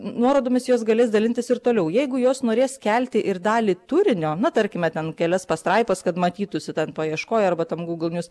nuorodomis jos galės dalintis ir toliau jeigu jos norės kelti ir dalį turinio na tarkime ten kelias pastraipas kad matytųsi ten paieškoję arba tam google news